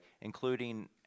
including